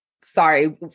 Sorry